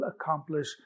accomplish